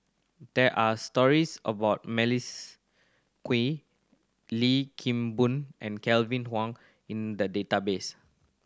there are stories about Melissa Kwee Lim Kim Boon and Kevin Kwan In the database